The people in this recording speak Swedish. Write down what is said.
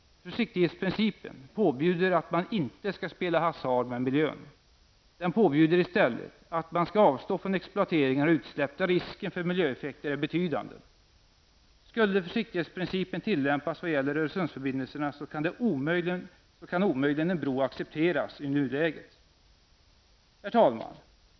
Försiktighetsprincipen påbjuder att man inte skall spela hasard med miljön. Den påbjuder i stället att man skall avstå från exploateringar och utsläpp där risken för miljöeffekter är betydande. Skulle försiktighetsprincipen tillämpas vad gäller Öresundsförbindelserna så kan omöjligen en bro accepteras i nuläget. Herr talman!